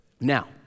Now